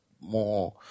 more